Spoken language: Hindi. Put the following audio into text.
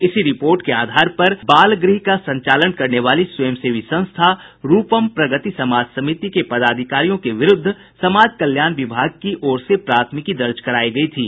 इसी रिपोर्ट के आधार पर बाल गृह का संचालन करने वाली स्वयंसेवी संस्था रूपम प्रगति समाज समिति के पदाधिकारियों के विरुद्ध समाज कल्याण विभाग की ओर से प्राथमिकी दर्ज कराई गई थी